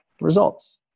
results